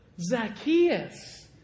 Zacchaeus